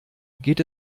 geht